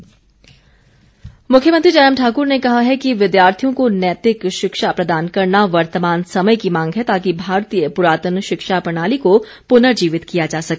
जयराम मुख्यमंत्री जयराम ठाकुर ने कहा है कि विद्यार्थियों को नैतिक शिक्षा प्रदान करना वर्तमान समय की मांग है ताकि भारतीय पुरातन शिक्षा प्रणाली को पुनर्जीवित किया जा सके